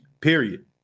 period